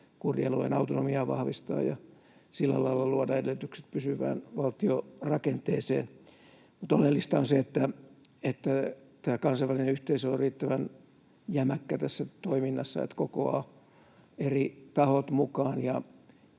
kurdialueen autonomiaa ja sillä lailla luoda edellytykset pysyvään valtiorakenteeseen, mutta oleellista on se, että kansainvälinen yhteisö on riittävän jämäkkä tässä toiminnassa, niin että kokoaa eri tahot mukaan